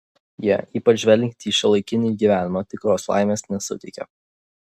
jie ypač žvelgiant į šiuolaikinį gyvenimą tikros laimės nesuteikia